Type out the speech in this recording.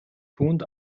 түүнд